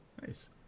Nice